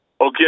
Okay